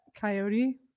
Coyote